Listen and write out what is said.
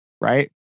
right